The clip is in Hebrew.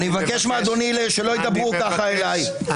אני מבקש מאדוני שלא ידברו ככה אליי,